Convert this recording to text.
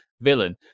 villain